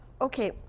Okay